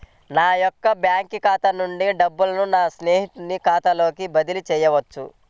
నా యొక్క బ్యాంకు ఖాతా నుండి డబ్బులను నా స్నేహితుని ఖాతాకు బదిలీ చేయవచ్చా?